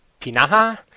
Pinaha